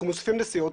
אנחנו מוסיפים נסיעות,